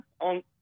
on